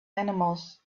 animals